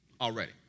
already